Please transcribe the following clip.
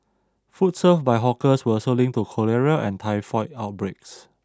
food served by hawkers were also linked to cholera and typhoid outbreaks